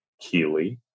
Keely